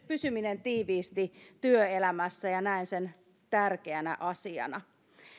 pysyminen tiiviisti työelämässä ja näen sen tärkeänä asiana